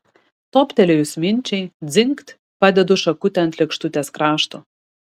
toptelėjus minčiai dzingt padedu šakutę ant lėkštutės krašto